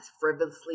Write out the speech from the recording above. frivolously